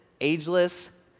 ageless